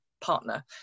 partner